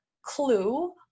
clue